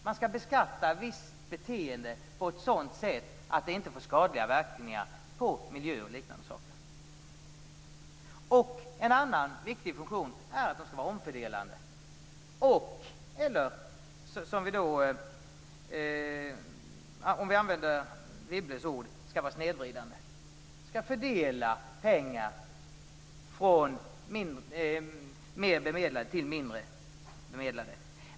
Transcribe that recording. Man skall beskatta ett visst beteende på ett sådant sätt att det inte får skadliga verkningar på miljö och liknande saker. För det andra har de den viktiga funktionen att vara omfördelande eller, för att använda Wibbles ord, snedvridande. De skall fördela pengar från mer bemedlade till mindre bemedlade.